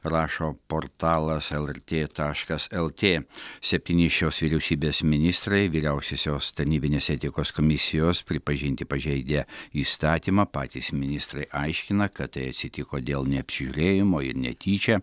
rašo portalas lrt taškas lt septyni šios vyriausybės ministrai vyriausiosios tarnybinės etikos komisijos pripažinti pažeidę įstatymą patys ministrai aiškina kad tai atsitiko dėl neapsižiūrėjimo ir netyčia